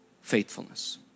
faithfulness